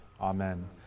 amen